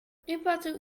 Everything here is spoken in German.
schipperte